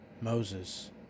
Moses